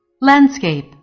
landscape